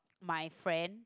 my friend